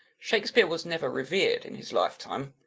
shakespeare was never revered in his lifetime,